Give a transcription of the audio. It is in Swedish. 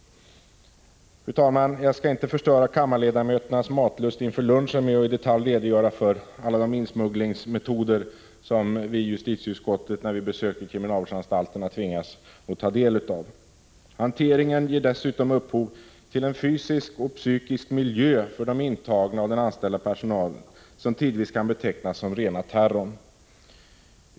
Fru talman! Jag skall inte förstöra kammarledamöternas matlust inför lunchen med att i detalj redogöra för alla de insmugglingsmetoder som vi i justitieutskottet, när vi besöker kriminalvårdsanstalter, tvingas att ta del av. Hanteringen ger upphov till en fysisk och psykisk miljö för de intagna och den anställda personalen som tidvis kan betecknas som rena terrorn.